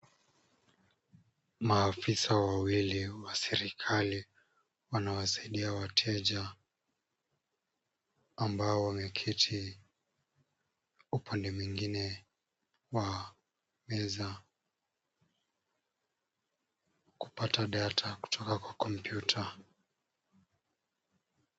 Maafisa wawili wa serikali wanawasaidia wateja ambao wameketi upande mwingine wa meza kupata data kutoka kwa kompiuta.